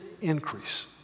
increase